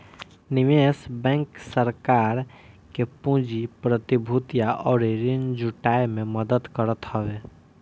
निवेश बैंक सरकार के पूंजी, प्रतिभूतियां अउरी ऋण जुटाए में मदद करत हवे